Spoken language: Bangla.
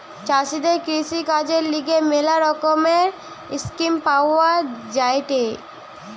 চাষীদের কৃষিকাজের লিগে ম্যালা রকমের স্কিম পাওয়া যায়েটে